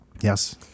Yes